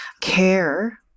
Care